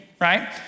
right